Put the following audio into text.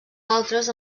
altres